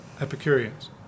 Epicureans